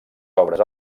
obres